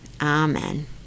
Amen